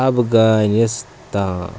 Afghanistan